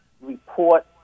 report